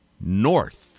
north